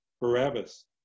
Barabbas